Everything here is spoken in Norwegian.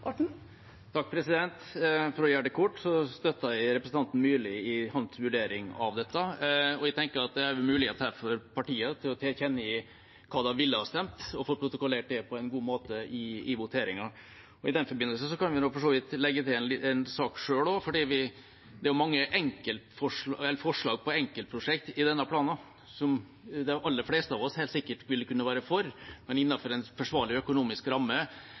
For å gjøre det kort: Jeg støtter representanten Myrlis vurdering av dette. Jeg tenker det er mulig for partier å tilkjennegi hva de ville ha stemt, og få det protokollert på en god måte i voteringen. I den forbindelse kan jeg legge til en sak selv også, for det er mange forslag som gjelder enkeltprosjekt i denne planen, som de aller fleste av oss helt sikkert kunne vært for, men innenfor en forsvarlig økonomisk ramme